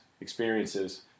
experiences